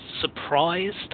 surprised